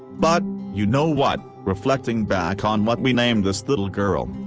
but, you know what, reflecting back on what we named this little girl,